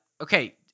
Okay